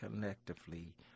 collectively